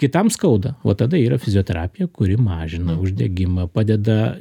kitam skauda va tada yra fizioterapija kuri mažina uždegimą padeda